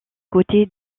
côté